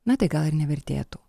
na tai gal ir nevertėtų